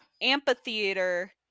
amphitheater